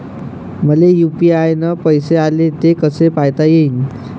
मले यू.पी.आय न पैसे आले, ते कसे पायता येईन?